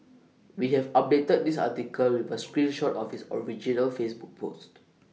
we have updated this article with A screen shot of his original Facebook post